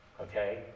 Okay